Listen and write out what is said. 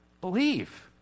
Believe